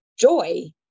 joy